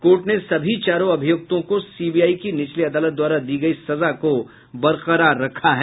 court ने सभी चारो अभियुक्तों को सीबीआई की निचली अदालत द्वारा दी गयी सजा को बरकरार रखा है